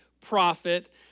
prophet